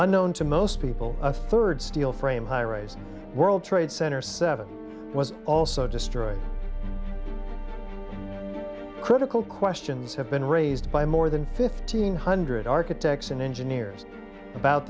unknown to most people a furred steel frame highrise world trade center seven was also destroyed critical questions have been raised by more than fifteen hundred architects and engineers about